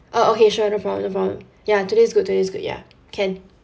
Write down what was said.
uh okay sure no problem no problem ya today is good today is good ya can